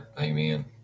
amen